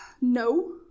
no